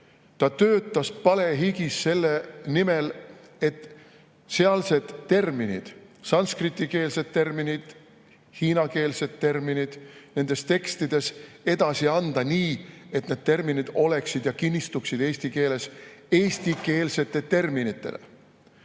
Ta töötas palehigis selle nimel, et anda terminid, sanskritikeelsed terminid, hiinakeelsed terminid nendes tekstides edasi nii, et need oleksid ja kinnistuksid eesti keeles eestikeelsete terminitena. Ja